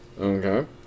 Okay